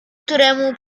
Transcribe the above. któremu